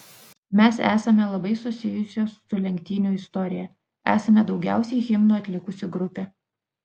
mes esame labai susijusios su lenktynių istorija esame daugiausiai himnų atlikusi grupė